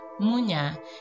Munya